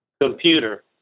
computer